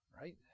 right